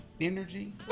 Energy